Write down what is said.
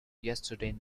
yesterday